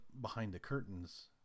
behind-the-curtains